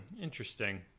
interesting